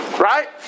Right